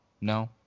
No